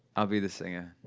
i'll be the singer.